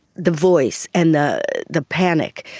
the voice, and the the panic,